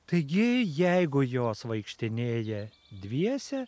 taigi jeigu jos vaikštinėja dviese